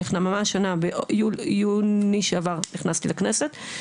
ממש שנה ביוני שעבר נכנסתי לכנסת,